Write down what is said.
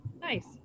Nice